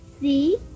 See